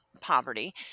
poverty